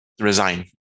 resign